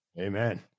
Amen